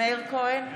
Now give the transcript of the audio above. מאיר כהן,